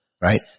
right